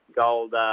gold